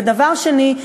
ודבר שני,